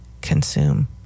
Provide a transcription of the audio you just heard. consume